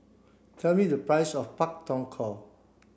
tell me the price of Pak Thong Ko